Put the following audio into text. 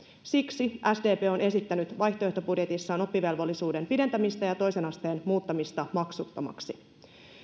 siksi sdp on esittänyt vaihtoehtobudjetissaan oppivelvollisuuden pidentämistä ja toisen asteen muuttamista maksuttomaksi